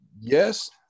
yes